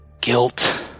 guilt